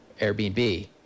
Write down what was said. Airbnb